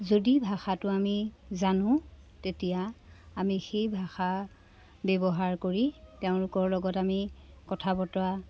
যদি ভাষাটো আমি জানো তেতিয়া আমি সেই ভাষা ব্যৱহাৰ কৰি তেওঁলোকৰ লগত আমি কথা বতৰা